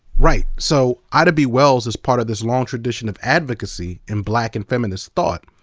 right. so, ida b. wells is part of this long tradition of advocacy in black and feminist thought,